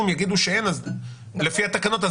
אני רגע בכוונה מבקש כן לעמוד על שאלתי.